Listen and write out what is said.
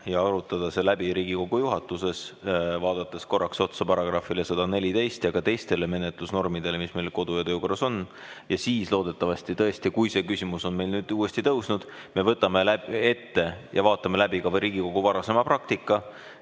ja arutada see läbi Riigikogu juhatuses, vaadates korraks otsa §‑le 114 ja ka teistele menetlusnormidele, mis meil kodu‑ ja töökorras on. Siis loodetavasti tõesti, kui see küsimus on meil nüüd uuesti tõusnud, me võtame ette ja vaatame läbi ka Riigikogu varasema praktika.